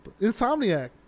Insomniac